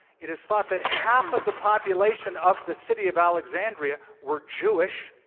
it is thought that half of the population of the city of alexandria were jewish.